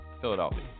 Philadelphia